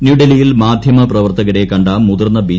ന്യൂഡൽഹിയിൽ മാധ്യമപ്രവർത്തകരെ കണ്ട മുതിർന്ന ബി